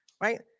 Right